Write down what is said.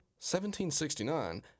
1769